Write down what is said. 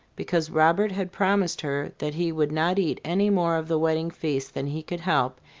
because robert had promised her that he would not eat any more of the wedding feast than he could help,